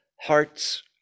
hearts